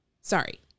Sorry